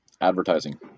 Advertising